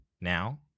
now